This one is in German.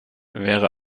wäre